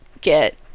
get